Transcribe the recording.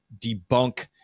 debunk